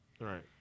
Right